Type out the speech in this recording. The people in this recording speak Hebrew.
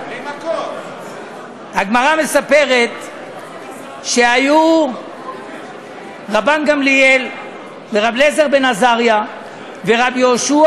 הגמרא מספרת שהיו רבן גמליאל ורבי אלעזר בן עזריה ורבי יהושע